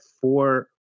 four